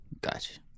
Gotcha